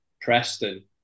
Preston